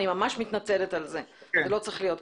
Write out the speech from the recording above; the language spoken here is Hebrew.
אני ממש מתנצלת על זה, זה לא צריך להיות כך.